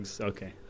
Okay